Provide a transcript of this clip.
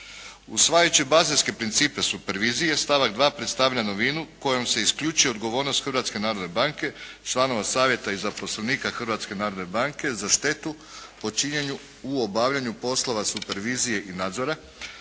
razumije se./ … principe supervizije stavak 2. predstavlja novinu kojom se isključuje odgovornost Hrvatske narodne banke, članova savjeta i zaposlenika Hrvatske narodne banke za štetu počinjenu u obavljanju poslova supervizije i nadzora,